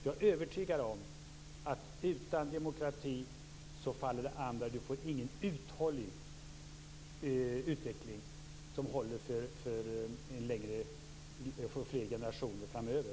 Jag är övertygad om att utan demokrati faller det andra, och man får ingen uthållig utveckling som håller för flera generationer framöver.